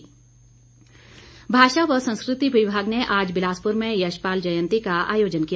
यशपाल भाषा एवं संस्कृति विभाग ने आज बिलासपुर में यशपाल जयंती का आयोजन किया